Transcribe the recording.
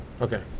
Okay